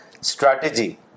strategy